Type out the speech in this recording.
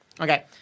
okay